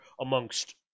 amongst